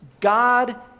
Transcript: God